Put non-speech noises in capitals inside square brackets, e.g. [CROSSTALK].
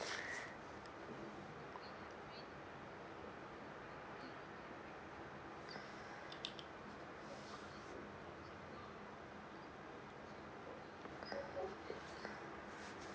[BREATH] [BREATH]